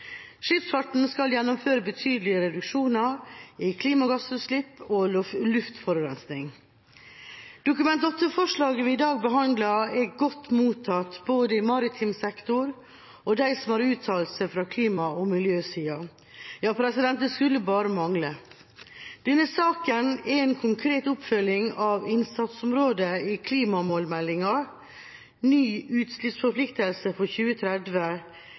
Skipsfarten skal gjennomføre betydelige reduksjoner i klimagassutslipp og luftforurensing. Dokument 8-forslaget vi i dag behandler, er godt mottatt både i maritim sektor og hos dem som har uttalt seg fra klima- og miljøsida. Ja, det skulle bare mangle. Denne saken er en konkret oppfølging av innsatsområdet i klimamålmeldinga Ny utslippsforpliktelse for 2030